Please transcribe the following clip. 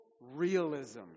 realism